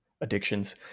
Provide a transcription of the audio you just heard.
addictions